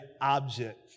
object